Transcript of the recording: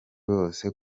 bose